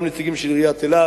וגם נציגים של עיריית אילת,